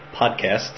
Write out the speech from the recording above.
podcast